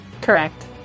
Correct